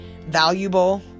valuable